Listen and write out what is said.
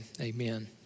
amen